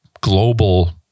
global